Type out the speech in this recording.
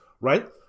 right